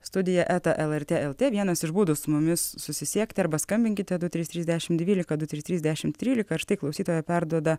studija eta lrt lt vienas iš būdų su mumis susisiekti arba skambinkite du trys trys dešimt dvylika trys trys dešimt trylika ir štai klausytoja perduoda